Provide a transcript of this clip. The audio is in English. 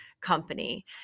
Company